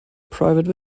private